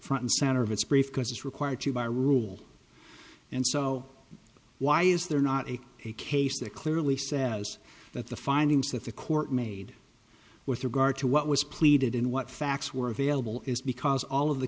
front and center of its brief because it's required to by rule and so why is there not a case that clearly says that the findings that the court made with regard to what was pleaded and what facts were available is because all of the